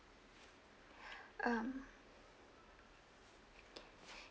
um